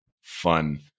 fun